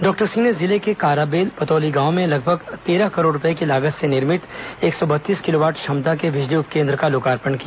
doctor Singh ने जिले के काराबेल बतौली गांव में लगभग तेरह करोड़ रूपए की लागत से निर्मित एक सौ बत्तीस किलोवाट क्षमता के बिजली उपकेन्द्र का लोकार्पण किया